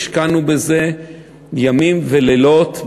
השקענו בזה ימים ולילות,